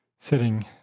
sitting